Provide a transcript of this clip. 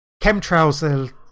Chemtrails